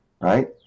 right